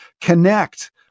connect